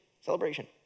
Celebration